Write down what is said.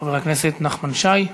חבר הכנסת נחמן שי,